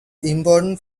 important